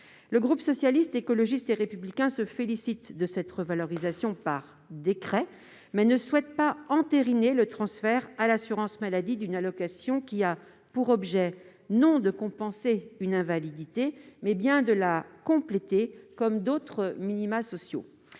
Le groupe Socialiste, Écologiste et Républicain se félicite de cette revalorisation par décret, mais ne souhaite pas entériner le transfert à l'assurance maladie d'une allocation qui a pour objet, non de compenser une invalidité, mais bien de la compléter, comme d'autres minima sociaux.